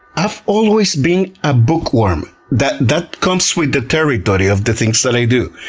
i've always been a bookworm, that that comes with the territory of the things that i do.